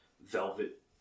velvet